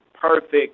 perfect